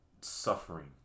suffering